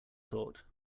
thought